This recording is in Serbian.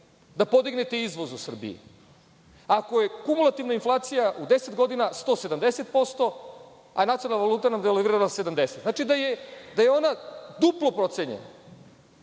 da podignete izvoz u Srbiji, ako je kumulativna inflacija u 10 godina 170%, a nacionalna valuta nam devalvirala 70, znači, da je ona duplo potcenjena.